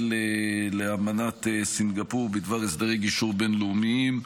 לאמנת סינגפור בדבר הסדרי גישור בין-לאומיים.